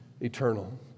eternal